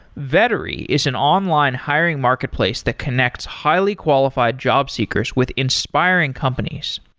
vettery is an online hiring marketplace that connects highly qualified job seekers with inspiring companies.